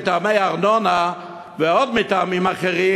מטעמי ארנונה ועוד טעמים אחרים,